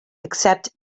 except